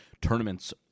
tournaments